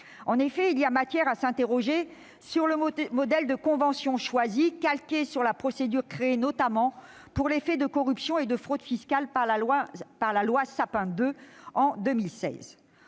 En effet, il y a matière à s'interroger sur le modèle de convention choisi, calqué sur la procédure créée, notamment pour les faits de corruption et de fraude fiscale, par la loi Sapin II en 2016.